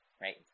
right